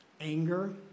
anger